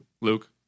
Luke